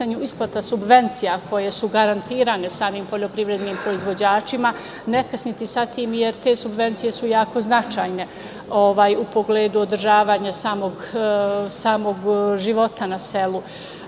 isplata subvencija koje su garantovane samim poljoprivrednim proizvođačima, ne kasniti sa tim, jer te subvencije su jako značajne u pogledu održavanja samog života na selu. Sa